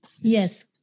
Yes